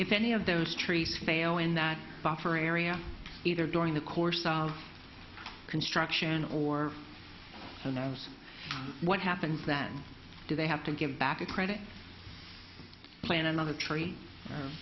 if any of those trees fail in that buffer area either during the course of construction or so now what happens then do they have to give back a credit plan another tree